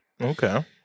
Okay